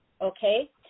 Okay